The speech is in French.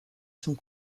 sont